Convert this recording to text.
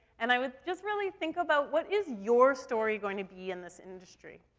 and i would just really think about what is your story going to be in this industry,